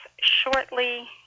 shortly